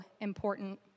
important